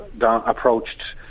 approached